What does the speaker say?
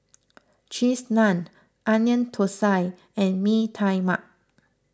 Cheese Naan Onion Thosai and Mee Tai Mak